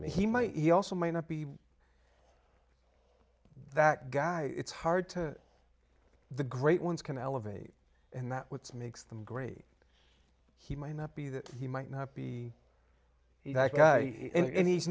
mean he might he also may not be that guy it's hard to the great ones can elevate and that what's makes them great he might not be that he might not be evacuate and he's